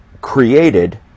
created